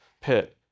pit